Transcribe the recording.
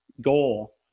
goal